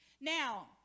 Now